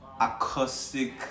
acoustic